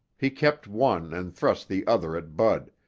he kept one and thrust the other at bud,